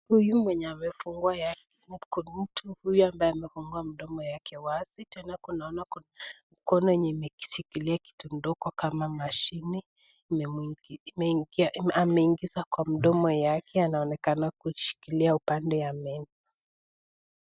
Huyu mwenye amefungua yake , kuna mtu huyu ambaye amefungua mdomo wake wazi tena tunaona kuna mkono imeshikilia kitu ndogo kama mashini ameingiza kwa mdomo yake anaonekana kushikilia upande wa meno .